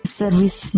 service